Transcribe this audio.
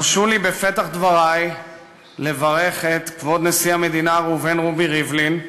הרשו לי בפתח דברי לברך את כבוד נשיא המדינה ראובן רובי ריבלין,